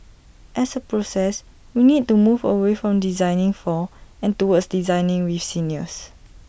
as A process we need to move away from 'designing for' and towards 'designing with' seniors